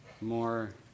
more